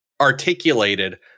articulated